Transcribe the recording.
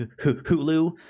Hulu